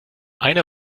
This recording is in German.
eine